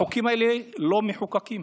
החוקים האלה לא מחוקקים,